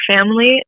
family